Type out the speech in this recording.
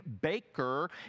baker